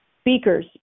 speakers